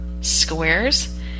squares